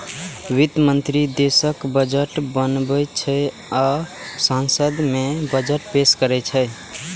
वित्त मंत्री देशक बजट बनाबै छै आ संसद मे बजट पेश करै छै